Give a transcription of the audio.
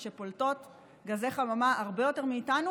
שפולטות גזי חממה הרבה יותר מאיתנו,